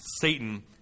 Satan